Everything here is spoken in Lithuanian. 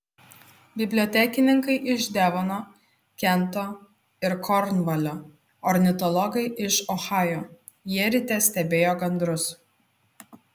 bibliotekininkai iš devono kento ir kornvalio ornitologai iš ohajo jie ryte stebėjo gandrus